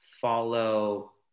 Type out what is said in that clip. follow